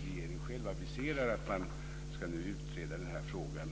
Regeringen aviserar att man ska utreda den här frågan